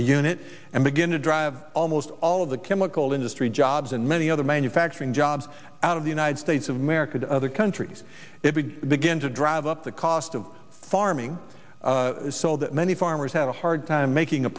a unit and begin to drive almost all of the chemical industry jobs and many other manufacturing jobs out of the united states of america to other countries it began to drive up the cost of farming so that many farmers had a hard time